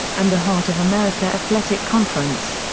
and the heart of america athletic conference.